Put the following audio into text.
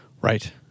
right